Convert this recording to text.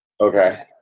okay